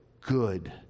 good